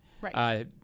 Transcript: Right